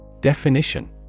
Definition